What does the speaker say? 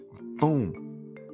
Boom